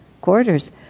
quarters